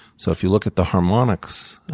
so if you look at the harmonics,